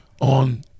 on